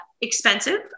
expensive